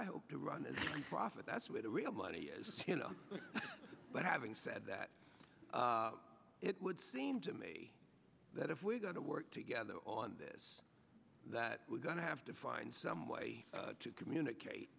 i hope to run and profit that's where the real money is you know but having said that it would seem to me that if we're going to work together on this that we're going to have to find some way to communicate